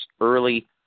early